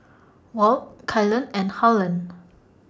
Walt Kaylan and Harlon